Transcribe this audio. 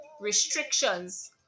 restrictions